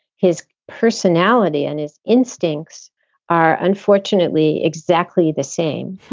his personality and his instincts are unfortunately exactly the same.